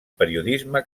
periodisme